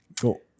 Cool